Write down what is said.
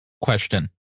Question